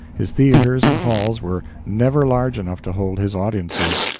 his theaters and halls were never large enough to hold his audiences.